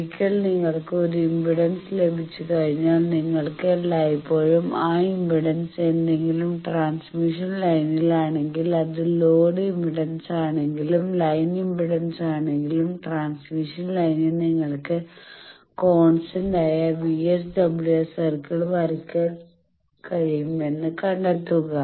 ഒരിക്കൽ നിങ്ങൾക്ക് ഒരു ഇംപെഡൻസ് ലഭിച്ചുകഴിഞ്ഞാൽ നിങ്ങൾക്ക് എല്ലായ്പ്പോഴും ആ ഇംപെഡൻസ് ഏതെങ്കിലും ട്രാൻസ്മിഷൻ ലൈനിൽ ആണെങ്കിൽ അത് ലോഡ് ഇംപെഡൻസ് ആണെങ്കിലും ലൈൻ ഇംപെഡൻസ് ആണെങ്കിലും ട്രാൻസ്മിഷൻ ലൈനിൽ നിങ്ങൾക്ക് കോൺസ്റ്റന്റായ VSWR സർക്കിൾ വരയ്ക്കാൻ കഴിയുമെന്ന് കണ്ടെത്തുക